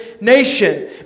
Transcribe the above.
nation